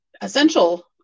essential